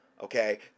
Okay